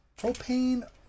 Propane